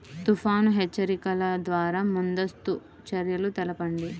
తుఫాను హెచ్చరికల ద్వార ముందస్తు చర్యలు తెలపండి?